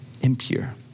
impure